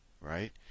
right